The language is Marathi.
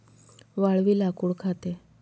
वाळवी लाकूड खाते